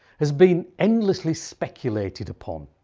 has been endlessly speculated upon.